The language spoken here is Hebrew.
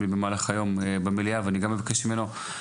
מניח שאני גם אפגוש אותו ואבקש ממנו גם בעצמי.